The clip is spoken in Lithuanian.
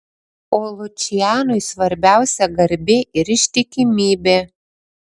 o lučianui svarbiausia garbė ir ištikimybė